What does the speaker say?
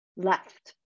left